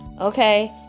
Okay